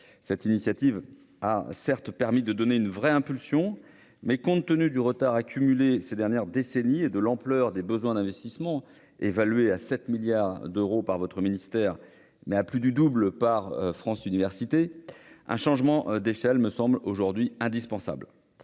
Cette initiative a certes permis de donner une véritable impulsion, mais, compte tenu du retard accumulé ces dernières décennies et de l'ampleur des besoins d'investissement- évalués à 7 milliards d'euros par votre ministère, mais à plus du double par France Universités -, un changement d'échelle est indispensable.